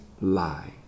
lie